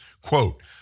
quote